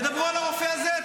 תדברו על הרופא הזה,